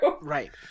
Right